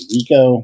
Rico